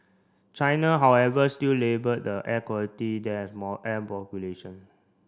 China however still labelled the air quality there as more air population